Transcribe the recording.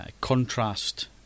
contrast